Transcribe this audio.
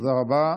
תודה רבה.